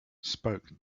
spoke